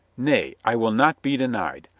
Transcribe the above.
nay, i will not be denied.